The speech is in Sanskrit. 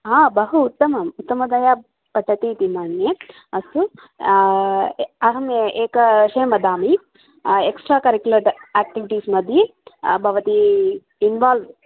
हा बहु उत्तमम् उत्तमतया पठन्ती इति मन्ये अस्तु अहम् एक विषयं वदामि एक्स्ट्रा करिकुलर् आक्टिविटीस्मद्ये भवती इन्वाल्व्